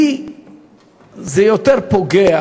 בי זה יותר פוגע,